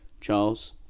Charles